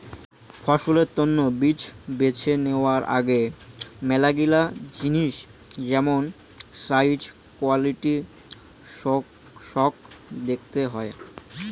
ফসলের তন্ন বীজ বেছে নেওয়ার আগে মেলাগিলা জিনিস যেমন সাইজ, কোয়ালিটি সৌগ দেখত হই